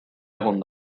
egon